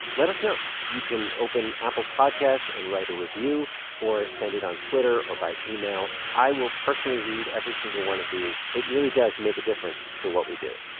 let us know. you can open apple podcasts and write a review or send it on twitter or by email. i will personally read every single one of these. it really does make a difference to what we do.